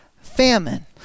famine